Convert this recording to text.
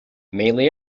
mainly